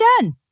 done